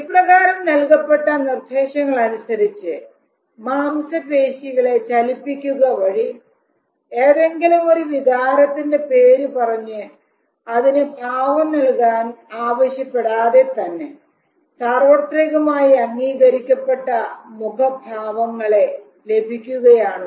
ഇപ്രകാരം നൽകപ്പെട്ട നിർദ്ദേശങ്ങളനുസരിച്ച് മാംസപേശികളെ ചലിപ്പിക്കുക വഴി ഏതെങ്കിലും ഒരു വികാരത്തിൻറെ പേര് പറഞ്ഞു അതിന് ഭാവം നൽകാൻ ആവശ്യപ്പെടാതെ തന്നെ സാർവത്രികമായി അംഗീകരിക്കപ്പെട്ട മുഖ ഭാവങ്ങളെ ലഭിച്ചു